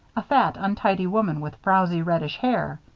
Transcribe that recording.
a fat, untidy woman with frowzy reddish hair.